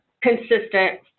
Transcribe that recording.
consistent